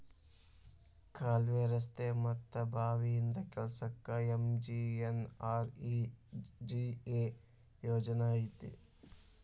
ಕಾಲ್ವೆ, ರಸ್ತೆ ಮತ್ತ ಬಾವಿ ಇಂತ ಕೆಲ್ಸಕ್ಕ ಎಂ.ಜಿ.ಎನ್.ಆರ್.ಇ.ಜಿ.ಎ ಯೋಜನಾ ಐತಿ